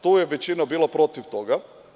Tu je većina bila protiv toga.